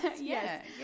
yes